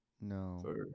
No